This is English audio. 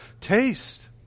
taste